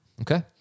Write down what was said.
Okay